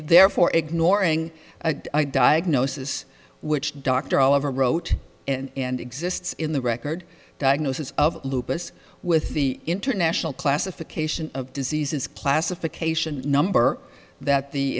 therefore ignoring a diagnosis which doctor all of a rote and exists in the record diagnosis of lupus with the international classification of diseases classification number that the